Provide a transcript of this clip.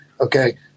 Okay